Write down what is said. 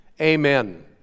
amen